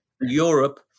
europe